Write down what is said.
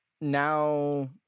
now